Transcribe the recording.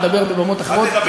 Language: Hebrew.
ולדבר בבמות אחרות,